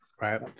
Right